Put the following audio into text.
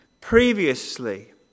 previously